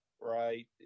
right